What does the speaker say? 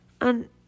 and